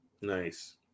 Nice